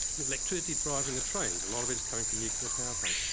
the electricity driving the trains a lot of it is coming from nuclear power plants.